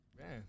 Man